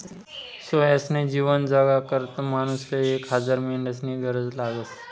सोयनं जीवन जगाकरता मानूसले एक हजार मेंढ्यास्नी गरज लागस